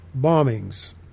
bombings